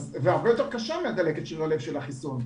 והרבה יותר קשה מדלקת שריר הלב של החיסון.